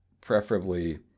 preferably